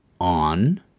on